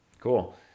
Cool